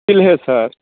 Tileshwar